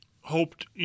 hoped